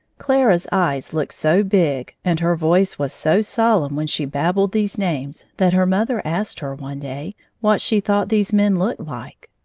clara's eyes looked so big, and her voice was so solemn when she babbled these names that her mother asked her one day what she thought these men looked like.